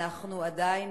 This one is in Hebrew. אנחנו עדיין